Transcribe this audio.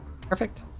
Perfect